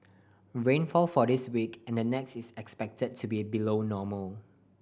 rainfall for this week and the next is expected to be below normal